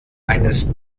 eines